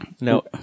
No